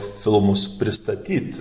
filmus pristatyt